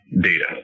data